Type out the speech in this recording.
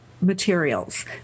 materials